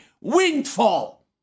windfall